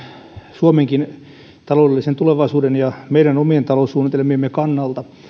suomenkin taloudellisen tulevaisuuden ja meidän omien taloussuunnitelmiemme kannalta